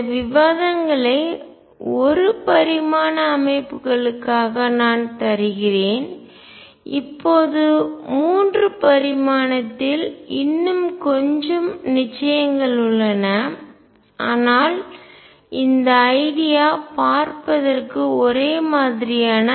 இந்த விவாதங்களை ஒரு பரிமாண அமைப்புகளுக்காக நான் தருகிறேன் இப்போது 3 பரிமாணத்தில் இன்னும் கொஞ்சம் நிச்சயங்கள் உள்ளன ஆனால் இந்த ஐடியா கருத்துக்கள் பார்ப்பதற்கு ஒரேமாதிரியான ஐடியாதான்